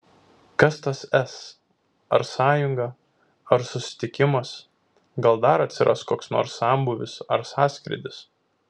kas tas s ar sąjunga ar susitikimas gal dar atsiras koks nors sambūvis ar sąskrydis